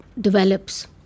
develops